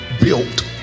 built